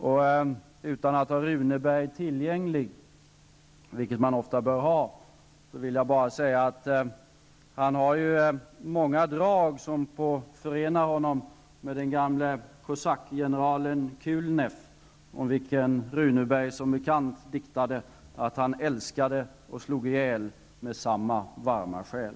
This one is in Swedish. Och utan att ha Runeberg tillgänglig, vilket man ofta bör ha, vill jag bara säga att Lars Werner har många drag som förenar honom med den gamle kosackgeneralen Kulneff, om vilken Runeberg som bekant diktade att han älskade och slog ihjäl med samma varma själ.